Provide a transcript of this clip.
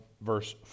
verse